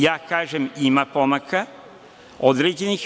Ja kažem, ima pomaka određenih.